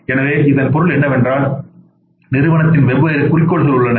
எனவே இதன் பொருள் என்னவென்றால் நிறுவனத்தில் வெவ்வேறு குறிக்கோள்கள் உள்ளன